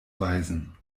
weisen